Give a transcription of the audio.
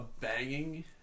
banging